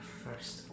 first